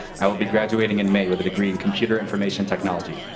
i'll be graduating in may with a degree in computer information technology.